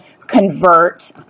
convert